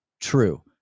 true